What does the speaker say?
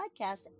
podcast